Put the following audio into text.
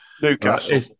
Newcastle